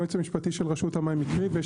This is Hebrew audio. היועץ המשפטי של רשות המים הקריא ויש